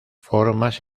formas